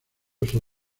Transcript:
uso